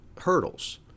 hurdles